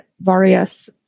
various